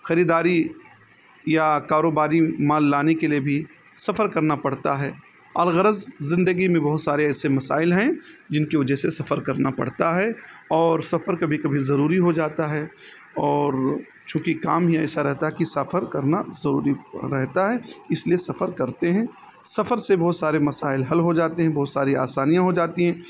خریداری یا کاروباری مال لانے کے لیے بھی سفر کرنا پڑتا ہے اور غرض زندگی میں بہت سارے ایسے مسائل ہیں جن کی وجہ سے سفر کرنا پڑتا ہے اور سفر کبھی کبھی ضروری ہو جاتا ہے اور چونکہ کام ہی ایسا رہتا ہے کہ سفر کرنا ضروری رہتا ہے اس لیے سفر کرتے ہیں سفر سے بہت سارے مسائل حل ہو جاتے ہیں بہت ساری آسانیاں ہو جاتی ہیں